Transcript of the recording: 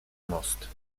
most